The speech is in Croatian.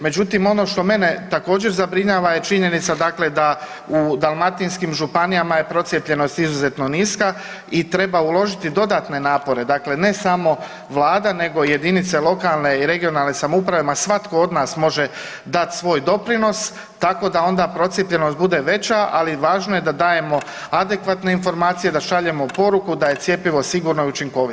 Međutim, ono što mene također zabrinjava je činjenica dakle da u dalmatinskim županijama je procijepljenost izuzetno niska i treba uložiti dodatne napore, dakle ne samo vlada nego i jedinice lokalne i regionalne samouprave, ma svatko od nas može dat svoj doprinos tako da onda procijepljenost bude veća, ali važno je da dajemo adekvatne informacije, da šaljemo poruku da je cjepivo sigurno i učinkovito.